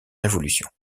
révolution